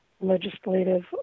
legislative